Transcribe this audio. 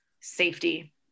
safety